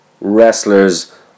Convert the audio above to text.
wrestlers